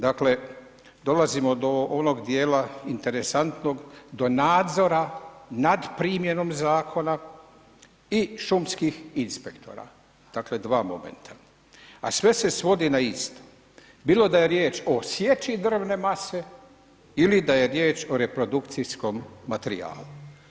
Dakle dolazimo do onog dijela interesantnog, do nadzora nad primjenom zakona i šumskih inspektora, dakle dva momenta a sve se svodi na isto bilo da je riječ o sjeći drvne mase ili da je riječ o reprodukcijskom materijalu.